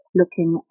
looking